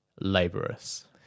laborious